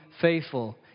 faithful